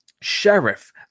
sheriff